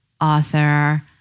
author